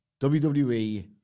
WWE